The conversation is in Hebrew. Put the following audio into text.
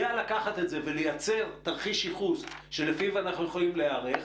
יודע לקחת את זה ולייצר תרחיש ייחוס שלפיו אנחנו יכולים להיערך,